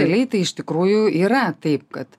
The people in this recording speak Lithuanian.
realiai tai iš tikrųjų yra taip kad